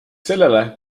sellele